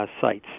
sites